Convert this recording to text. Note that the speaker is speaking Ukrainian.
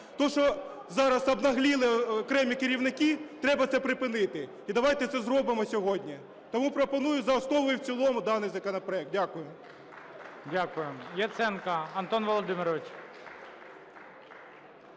То, що зараз обнагліли окремі керівники, треба це припинити. І давайте це зробимо сьогодні. Тому пропоную за основу і в цілому даний законопроект. Дякую.